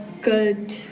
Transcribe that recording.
good